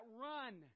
run